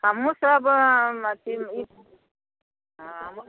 हमहुँ सब हँ अथी हँ